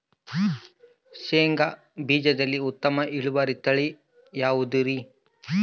ಶೇಂಗಾ ಬೇಜದಲ್ಲಿ ಉತ್ತಮ ಇಳುವರಿಯ ತಳಿ ಯಾವುದುರಿ?